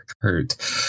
hurt